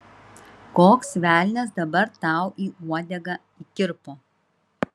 koks velnias dabar tau į uodegą įkirpo